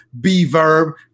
B-verb